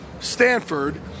Stanford